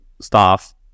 staff